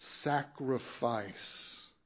sacrifice